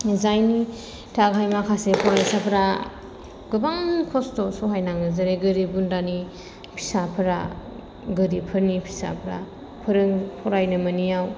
जायनि थाखाय माखासे फरायसाफ्रा गोबां खस्थ' सहायनाङो जेरै गोरिब गुन्द्रानि फिसाफोरा गोरिबफोरनि फिसाफ्रा फोरों फरायनो मोनैयाव